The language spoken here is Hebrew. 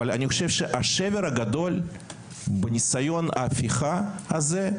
אבל אני חושב שהשבר הגדול בניסיון ההפיכה הזה,